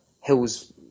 hills